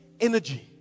energy